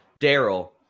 Daryl